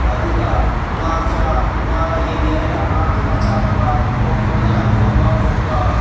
ꯑꯗꯨꯒ ꯉꯥ ꯆꯥꯛ ꯉꯥꯗ ꯌꯦꯡꯒꯦ ꯍꯥꯏꯔꯒ ꯉꯥꯒꯤ ꯃꯆꯥꯒꯨꯝꯕ ꯀꯣꯛꯍꯟꯂꯒ ꯌꯣꯟꯕ ꯈꯣꯠꯄ